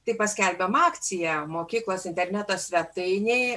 tai paskelbėm akciją mokyklos interneto svetainėj